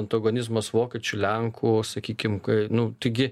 antagonizmas vokiečių lenkų sakykim kai nu taigi